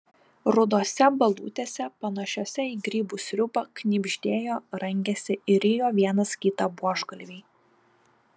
rudose balutėse panašiose į grybų sriubą knibždėjo rangėsi ir rijo vienas kitą buožgalviai